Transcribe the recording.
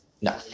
No